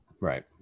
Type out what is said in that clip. Right